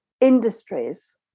industries